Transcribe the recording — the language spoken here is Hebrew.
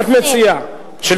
את מציעה, לפני.